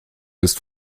ist